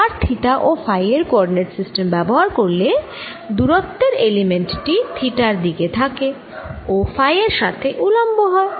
r theta ও phi এর coordinate system ব্যবহার করলে দুরত্বের এলিমেন্ট টি থিটার দিকে থাকে ও ফাই এর সাথে উলম্ব হয়